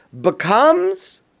becomes